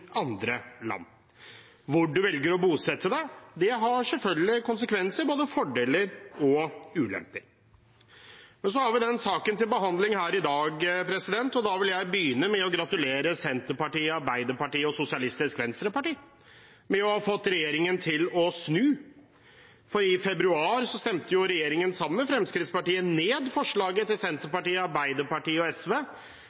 andre land. Hvor du velger å bosette deg, har selvfølgelig konsekvenser – både fordeler og ulemper. Så har vi denne saken til behandling i dag. Jeg vil begynne med å gratulere Senterpartiet, Arbeiderpartiet og Sosialistisk Venstreparti med å ha fått regjeringen til å snu – for i februar stemte regjeringspartiene sammen med Fremskrittspartiet ned forslaget til